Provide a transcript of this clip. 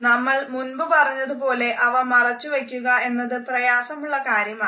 നമ്മൾ മുൻപ് പറഞ്ഞതുപോലെ അവ മറച്ചു വയ്ക്കുക എന്നത് പ്രയാസമുള്ള കാര്യമാണ്